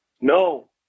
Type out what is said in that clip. no